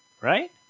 Right